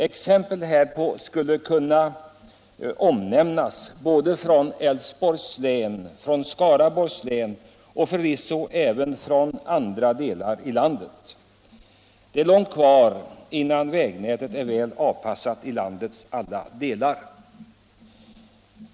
Exempel härpå skulle kunna omnämnas både från Älvsborgs län, Skaraborgs län och förvisso även andra delar av landet. Det är långt kvar innan vägnätet är väl avpassat i landets alla delar.